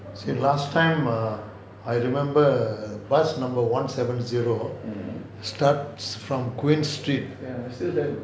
see last time err I remember bus number one seven zero starts from queen street